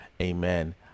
Amen